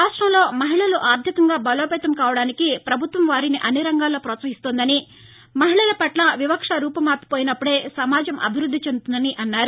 రాష్టంలో మహిళలు ఆర్దికంగా బలోపేతం కావడానికి ప్రభుత్వం వారిని అన్ని రంగాల్లో ప్రోత్సహిస్తుందని మహిళలపట్ల వివక్ష రూపుమాసిపోయినప్పుడే సమాజం అభివ్బద్ది చెందుతుందని అన్నారు